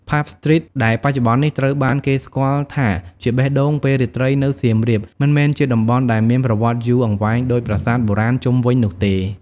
ផាប់ ស្ទ្រីត ដែលបច្ចុប្បន្នត្រូវបានគេស្គាល់ថាជាបេះដូងពេលរាត្រីនៅសៀមរាប មិនមែនជាតំបន់ដែលមានប្រវត្តិយូរអង្វែងដូចប្រាសាទបុរាណជុំវិញនោះទេ។